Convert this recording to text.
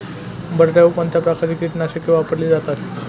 बटाट्यावर कोणत्या प्रकारची कीटकनाशके वापरली जातात?